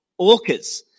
Orcas